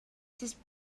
this